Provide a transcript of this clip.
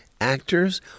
actors